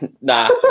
Nah